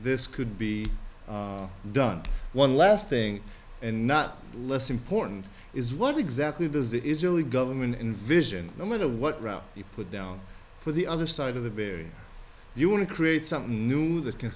this could be done one last thing and not less important is what exactly does that israeli government envision no matter what route you put down for the other side of the barrier you want to create something new